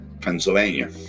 Pennsylvania